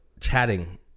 chatting